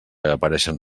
apareixen